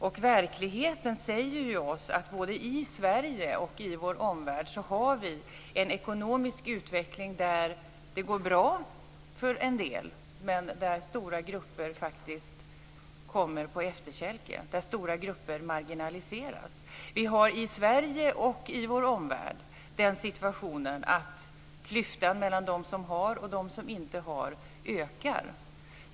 Och verkligheten säger ju oss att både i Sverige och i vår omvärld har vi en ekonomisk utveckling där det går bra för en del, men där stora grupper faktiskt kommer på efterkälken, där stora grupper marginaliseras. Vi har i Sverige och i vår omvärld den situationen att klyftan mellan dem som har och dem som inte har ökar.